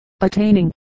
attaining